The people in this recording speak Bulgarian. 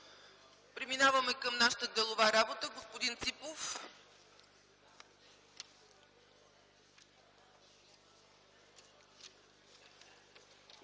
Преминаваме към нашата делова работа. Господин Ципов.